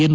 N